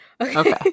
Okay